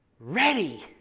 ready